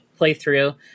playthrough